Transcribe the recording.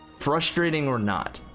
frustrating or not.